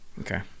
Okay